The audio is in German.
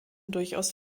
durchaus